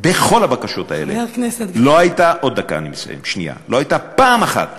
בכל הבקשות האלה, לא הייתה פעם אחת